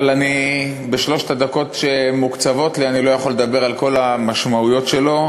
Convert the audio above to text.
אבל בשלוש הדקות שמוקצבות לי אני לא יכול לדבר על כל המשמעויות שלו.